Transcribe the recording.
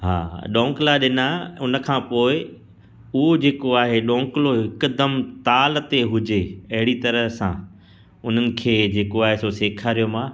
हा ॾौकंला ॾिना उनखां पोइ हू जेको आहे ॾौकंलो हिकदमि ताल ते हुजे अहिड़ी तरह सां उन्हनि खे जेको आहे सो सेखारियो मां